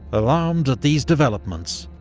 alarmed at these developments,